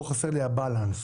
פה חסר לי האיזון.